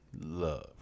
love